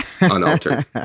unaltered